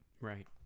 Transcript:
Right